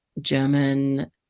German